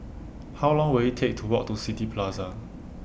How Long Will IT Take to Walk to City Plaza